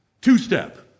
Two-step